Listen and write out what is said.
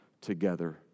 together